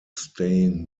staying